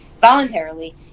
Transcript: voluntarily